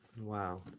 wow